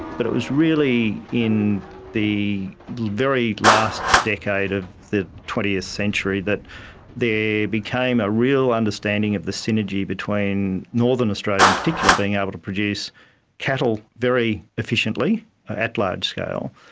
but it was really in the the very last decade of the twentieth century that there became a real understanding of the synergy between northern australia in particular being able to produce cattle very efficiently at large scale,